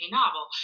novel